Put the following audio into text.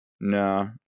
No